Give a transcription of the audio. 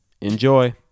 enjoy